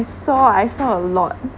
I saw I saw a lot